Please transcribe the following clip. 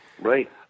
right